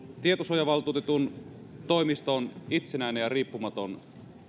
tietosuojavaltuutetun toimisto on itsenäinen ja riippumaton